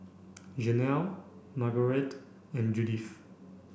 Jenelle Margarete and Judith